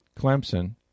Clemson